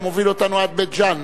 המוביל אותנו עד בית-ג'ן,